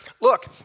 Look